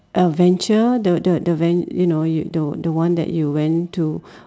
adventure the the the ven~ you know y~ the the one that you went to